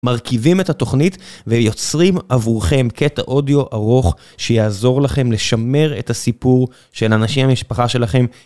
מרכיבים את התוכנית ויוצרים עבורכם קטע אודיו ארוך שיעזור לכם לשמר את הסיפור של אנשים מהמשפחה שלכם.